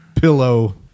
pillow